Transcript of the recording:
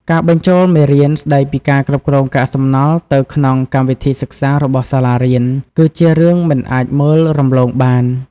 ការបញ្ចូលមេរៀនស្តីពីការគ្រប់គ្រងកាកសំណល់ទៅក្នុងកម្មវិធីសិក្សារបស់សាលារៀន គឺជារឿងមិនអាចមើលរំលងបាន។